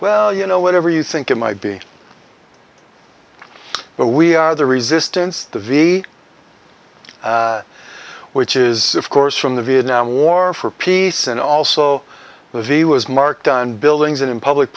well you know whatever you think it might be but we are the resistance the v which is of course from the vietnam war for peace and also that he was marked on buildings and in public